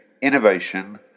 innovation